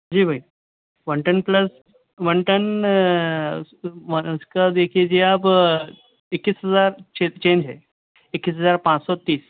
جی بھائی one ten plus one ten اس کا دیکھئے جی آپ اکیس ہزار چینج ہے اکیس ہزار پانچ سو تیس